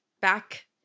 back